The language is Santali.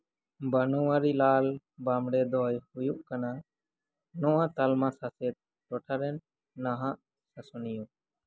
ᱵᱟᱱᱳᱣᱟᱨᱤᱞᱟᱞ ᱵᱟᱢᱲᱮ ᱫᱚᱭ ᱦᱩᱭᱩᱜ ᱠᱟᱱᱟ ᱱᱚᱣᱟ ᱛᱟᱞᱢᱟ ᱥᱟᱥᱮᱛ ᱴᱚᱴᱷᱟ ᱨᱮᱱ ᱱᱟᱦᱟᱜ ᱥᱟᱥᱚᱱᱤᱭᱟᱹ